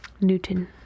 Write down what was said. Newton